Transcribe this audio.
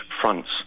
fronts